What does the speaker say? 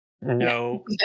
No